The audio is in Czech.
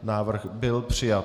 Návrh byl přijat.